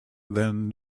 then